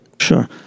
Sure